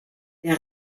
der